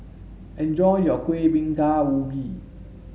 enjoy your kuih bingka ubi